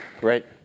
Great